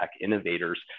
innovators